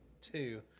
two